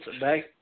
back